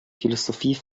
philosophie